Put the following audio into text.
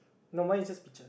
no mine is just picture